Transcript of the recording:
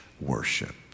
worship